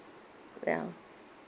well